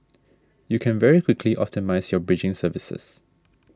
you can very quickly optimise your bridging services